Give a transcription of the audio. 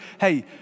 hey